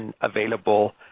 available